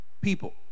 people